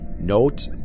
Note